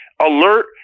alert